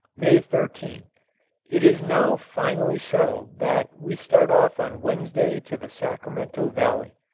may thirteen it is now finally settled that we start off on wednesday to the sacramento valley.